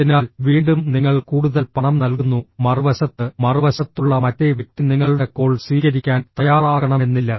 അതിനാൽ വീണ്ടും നിങ്ങൾ കൂടുതൽ പണം നൽകുന്നു മറുവശത്ത് മറുവശത്തുള്ള മറ്റേ വ്യക്തി നിങ്ങളുടെ കോൾ സ്വീകരിക്കാൻ തയ്യാറാകണമെന്നില്ല